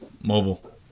mobile